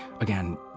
Again